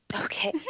Okay